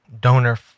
donor